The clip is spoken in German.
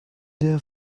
der